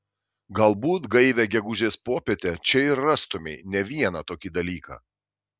galbūt gaivią gegužės popietę čia ir rastumei ne vieną tokį dalyką